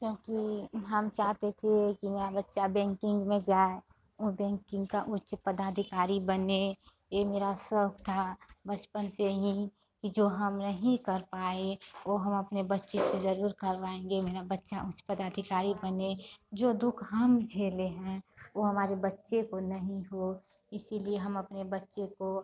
क्योंकि हम चाहते थे कि मेरा बच्चा बैंकिन्ग में जाए वह बैंकिन्ग का उच्च पदाधिकारी बने यह मेरा शौक था बचपन से ही कि जो हम नहीं कर पाए वह हम अपने बच्चे से ज़रूर करवाएँगे मेरा बच्चा उच्च पदाधिकारी बने जो दुख हम झेले हैं वह हमारे बच्चे को नहीं हो इसीलिए हम अपने बच्चे को